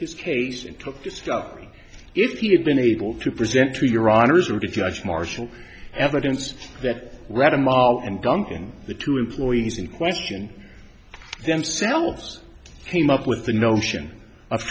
this case it took discovery if you had been able to present to your honor's or to judge marshall evidence that reading and gunk in the two employees in question themselves came up with the notion of